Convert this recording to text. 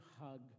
hug